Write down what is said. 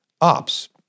ops